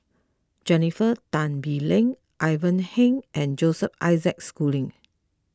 Jennifer Tan Bee Leng Ivan Heng and Joseph Isaac Schooling